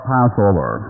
Passover